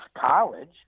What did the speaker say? college